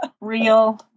real